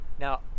now